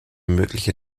mögliche